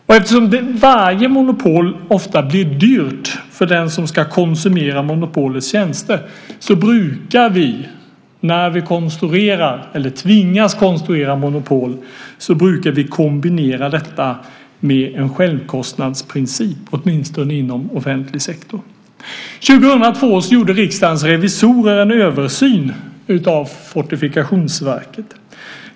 Eftersom det inom varje monopol ofta blir dyrt för den som ska konsumera monopolets tjänster brukar vi, när vi tvingas konstruera monopol, kombinera detta med en självkostnadsprincip, åtminstone inom offentlig sektor. År 2002 gjorde Riksdagens revisorer en översyn av Fortifikationsverket.